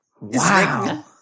Wow